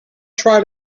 tried